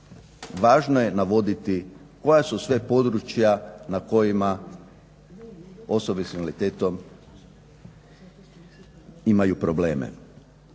Važno je navoditi koja su sve područja na kojima osobe s invaliditetom imaju probleme.